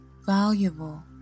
valuable